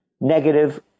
negative